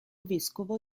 vescovo